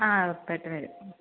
ആ ഉറപ്പായിട്ട് വരും